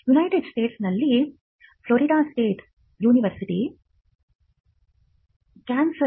United States Florida State ಯೂನಿವರ್ಸಿಟಿಯಲ್ಲಿ ಈ ಪ್ರಕರಣವು ಕ್ಯಾನ್ಸರ್